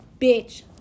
Bitch